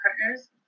Partners